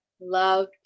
love